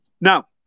Now